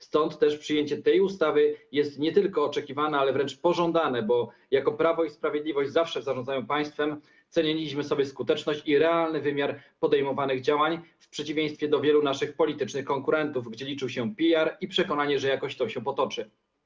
Stąd też przyjęcie tej ustawy jest nie tylko oczekiwane, ale wręcz pożądane, bo jako Prawo i Sprawiedliwość zawsze w zarządzaniu państwem ceniliśmy sobie skuteczność i realny wymiar podejmowanych działań w przeciwieństwie do wielu naszych politycznych konkurentów, w przypadku których liczył się PR i przekonanie, że jakoś to się potoczy.